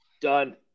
Done